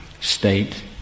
state